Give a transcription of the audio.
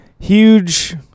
Huge